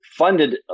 Funded